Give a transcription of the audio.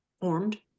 formed